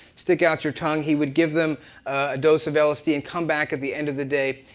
stick out your tongue. he would give them a dose of lsd and come back at the end of the day.